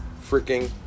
freaking